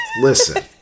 Listen